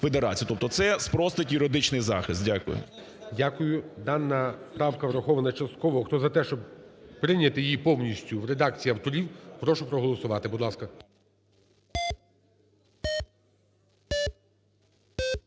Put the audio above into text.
Тобто це спростить юридичний захист. Дякую. ГОЛОВУЮЧИЙ. Дякую. Дана правка врахована частково. Хто за те, щоб прийняти її повністю в редакції авторів, прошу проголосувати. Будь ласка.